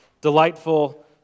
delightful